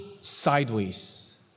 sideways